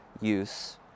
use